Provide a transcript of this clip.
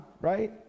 right